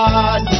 God